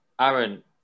Aaron